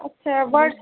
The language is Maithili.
अच्छा बड